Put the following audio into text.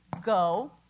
go